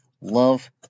Love